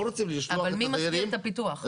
אבל מי מסדיר את הפיתוח?